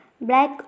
Black